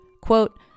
Quote